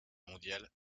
mondial